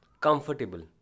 comfortable